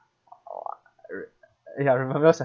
ya remember